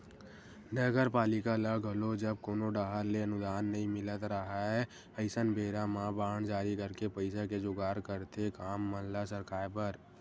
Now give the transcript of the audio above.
नगरपालिका ल घलो जब कोनो डाहर ले अनुदान नई मिलत राहय अइसन बेरा म बांड जारी करके पइसा के जुगाड़ करथे काम मन ल सरकाय बर